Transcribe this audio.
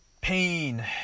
pain